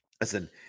listen